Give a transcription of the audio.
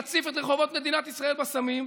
להציף את רחובות מדינת ישראל בסמים,